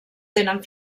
tenen